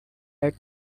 had